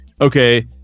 okay